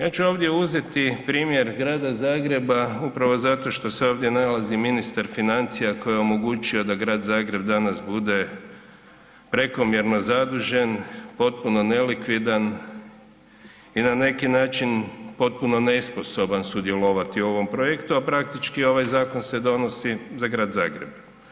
Ja ću ovdje uzeti primjer Grada Zagreba upravo zato što se ovdje nalazi ministar financija koji je omogućio da Grad Zagreb danas bude prekomjerno zadužen, potpuno nelikvidan i na neki način potpuno nesposoban sudjelovati u ovom projektu, a praktički ovaj zakon se donosi za Grad Zagreb.